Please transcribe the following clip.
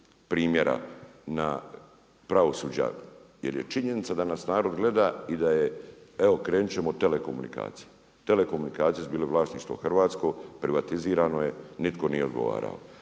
primjera na pravosuđa jer je činjenica da nas narod gleda i da je evo krenut ćemo od telekomunikacija. Telekomunikacije su bile vlasništvo hrvatsko, privatizirano je, nitko nije odgovarao.